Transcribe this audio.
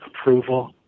approval